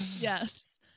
yes